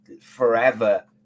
forever